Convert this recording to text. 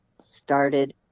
started